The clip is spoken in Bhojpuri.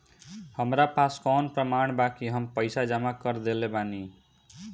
हमरा पास कौन प्रमाण बा कि हम पईसा जमा कर देली बारी?